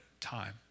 time